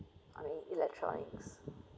I mean electronics